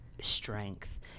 strength